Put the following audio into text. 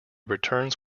returns